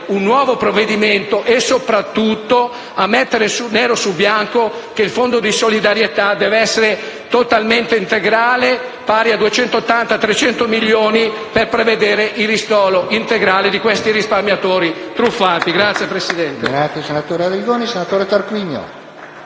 un nuovo provvedimento e, soprattutto, a mettere nero su bianco che il fondo di solidarietà deve essere integrale, pari a 280-300 milioni per prevedere il ristoro integrale di questi risparmiatori truffati. *(Applausi del